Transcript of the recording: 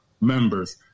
members